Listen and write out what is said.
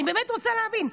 אני באמת רוצה להבין,